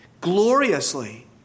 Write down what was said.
gloriously